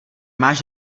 máš